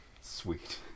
Sweet